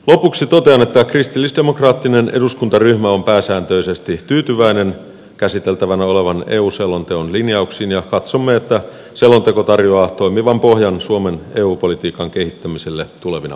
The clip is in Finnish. lopuksi totean että kristillisdemokraattinen eduskuntaryhmä on pääsääntöisesti tyytyväinen käsiteltävänä olevan eu selonteon linjauksiin ja katsomme että selonteko tarjoaa toimivan pohjan suomen eu politiikan kehittämiselle tulevina vuosina